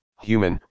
Human